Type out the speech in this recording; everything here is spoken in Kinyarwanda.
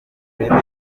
ireme